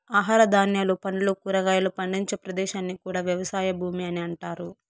ఆహార ధాన్యాలు, పండ్లు, కూరగాయలు పండించే ప్రదేశాన్ని కూడా వ్యవసాయ భూమి అని అంటారు